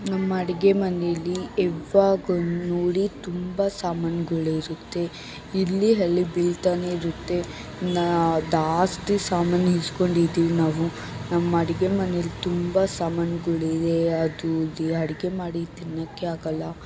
ನಮ್ಮ ಅಡಿಗೆ ಮನೇಲಿ ಯವಾಗೂ ನೋಡಿ ತುಂಬ ಸಾಮಾನ್ಗಳಿರುತ್ತೆ ಇಲ್ಲಿ ಅಲ್ಲಿ ಬೀಳ್ತಾನೆ ಇರುತ್ತೆ ನಾ ಜಾಸ್ತಿ ಸಾಮಾನು ಇಸ್ಕೊಂಡಿದೀವಿ ನಾವು ನಮ್ಮ ಅಡಿಗೆ ಮನೇಲಿ ತುಂಬ ಸಾಮಾನ್ಗಳಿವೆ ಅದು ಇದು ಅಡ್ಗೆ ಮಾಡಿ ತಿನ್ನೊಕ್ಕೆ ಆಗಲ್ಲ